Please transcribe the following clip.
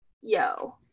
yo